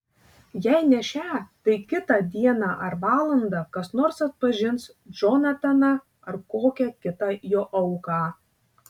jei ne šią tai kitą dieną ar valandą kas nors atpažins džonataną ar kokią kitą jo auką